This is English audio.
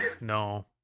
No